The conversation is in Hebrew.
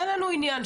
אין לנו עניין.